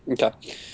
Okay